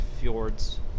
fjords